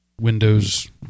Windows